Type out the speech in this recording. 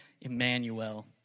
Emmanuel